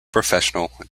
professional